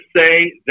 say